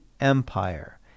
Empire